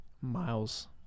miles